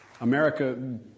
America